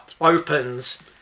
opens